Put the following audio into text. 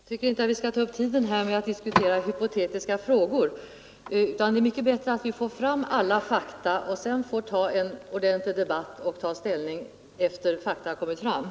Herr talman! Jag tycker inte att vi skall ta upp tiden med att diskutera hypotetiska frågor. Det är bättre att vi väntar med den diskussionen tills vi har fått fram alla fakta och verkligen kan ta ställning.